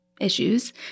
issues